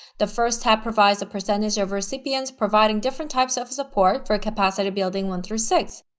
the first tab provides a percentage of recipients providing different types of support for capacity building one through six.